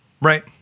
Right